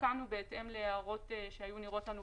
תיקנו בהתאם לחלק מההערות שנראו לנו טובות.